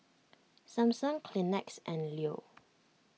Samsung Kleenex and Leo